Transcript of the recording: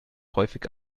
häufig